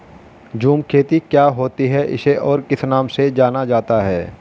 झूम खेती क्या होती है इसे और किस नाम से जाना जाता है?